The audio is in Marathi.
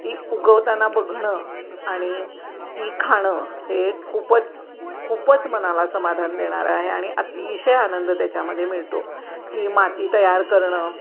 ती उगवताना बघणं आणि ती खाणं हे खूपच खूपच मनाला समाधान देणारं आहे आणि अतिशय आनंद त्याच्यामध्ये मिळतो की माती तयार करणं